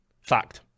Fact